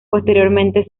posteriormente